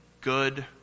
good